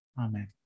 Amen